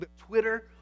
Twitter